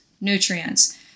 nutrients